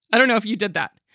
i don't know if you did that,